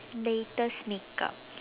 latest makeup